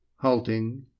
Halting